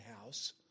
house